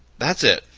that's it.